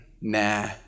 nah